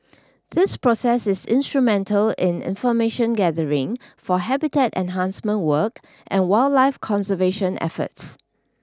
this process is instrumental in information gathering for habitat enhancement work and wildlife conservation efforts